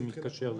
זה מתקשר לזה.